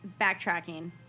backtracking